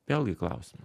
vėlgi klausimas